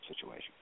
situation